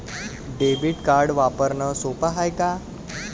Debit card वापरणं सोप हाय का?